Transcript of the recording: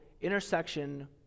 intersection